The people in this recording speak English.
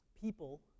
people